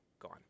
gone